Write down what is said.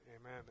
Amen